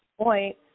point